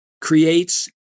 creates